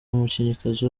umukinnyikazi